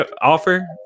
offer